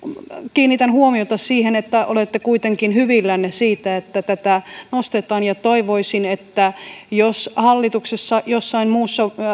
kiinnitän huomiota siihen että olette kuitenkin hyvillänne siitä että tätä nostetaan ja toivoisin että jos hallituksessa jossain muussa